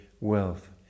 wealth